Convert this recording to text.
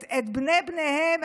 את בני בניהם,